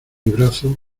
brazo